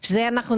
יבגני, בבקשה.